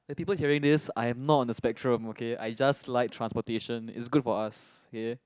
the people hearing this I'm not on the spectrum okay I just like transportation is good for us k